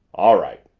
all right,